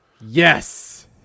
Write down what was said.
Yes